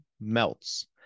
melts